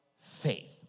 faith